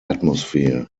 atmosphere